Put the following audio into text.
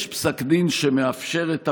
יש פסק דין שמאפשר את הפינוי.